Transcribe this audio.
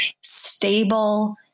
stable